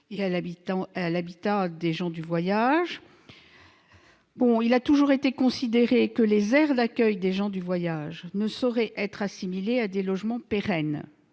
et à l'habitat des gens du voyage. Il a toujours été considéré que les aires d'accueil des gens du voyage ne sauraient être assimilées à des logements pérennes